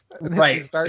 right